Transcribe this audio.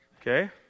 Okay